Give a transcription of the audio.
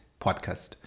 podcast